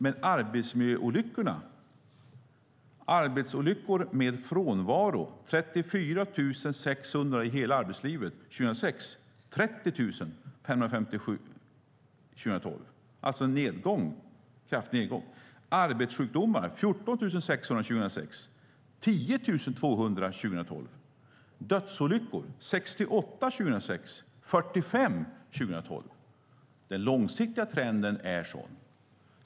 Men antalet arbetsolyckor med frånvaro var 34 600 i hela arbetslivet år 2006 och 30 557 år 2012. Det var alltså en kraftig nedgång. Antalet fall av arbetssjukdomar var 14 600 år 2006 och 10 200 år 2012. Antalet dödsolyckor var 68 år 2006 och 45 år 2012. Den långsiktiga trenden är sådan.